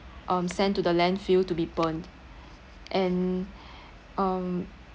um sent to the landfill to be burned and um